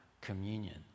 communion